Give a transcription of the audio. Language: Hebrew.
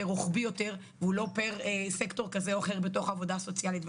רוחבי יותר והוא לא פר סקטור כזה או אחר בתוך העבודה הסוציאלית.